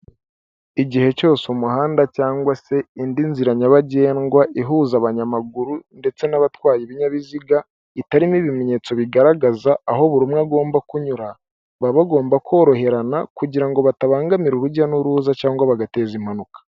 Igihe cyose umuhanda cyangwa se indi nzira nyabagendwa ihuza abanyamaguru ndetse n'abatwaye ibinyabiziga itarimo ibimenyetso bigaragaza aho buri umwe agomba kunyura, baba bagomba koroherana kugira ngo batabangamira urujya n'uruza cyangwa bagateza impanuka.